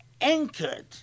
anchored